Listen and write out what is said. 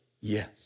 Yes